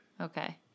Okay